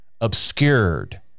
obscured